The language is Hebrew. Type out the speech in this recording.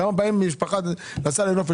כמה פעמים משפחה נסעה לנופש,